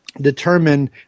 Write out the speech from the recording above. determine